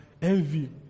Envy